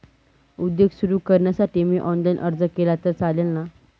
उद्योग सुरु करण्यासाठी मी ऑनलाईन अर्ज केला तर चालेल ना?